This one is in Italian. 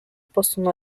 possono